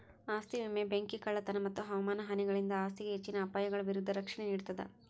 ಆಸ್ತಿ ವಿಮೆ ಬೆಂಕಿ ಕಳ್ಳತನ ಮತ್ತ ಹವಾಮಾನ ಹಾನಿಗಳಿಂದ ಆಸ್ತಿಗೆ ಹೆಚ್ಚಿನ ಅಪಾಯಗಳ ವಿರುದ್ಧ ರಕ್ಷಣೆ ನೇಡ್ತದ